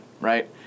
right